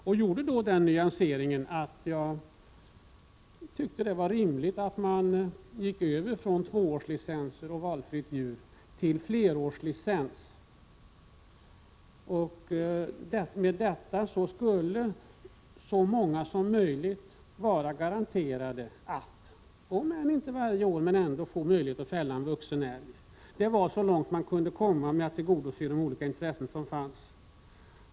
Jag gjorde då den nyanseringen att jag tyckte att det var rimligt att man gick över från tvåårslicenser och valfritt djur till flerårslicens. Därmed skulle så många som möjligt vara garanterade att — om än inte varje år — få möjlighet att fälla en vuxen älg. Det var så långt man kunde komma när det gällde att tillgodose de olika intressen som fanns.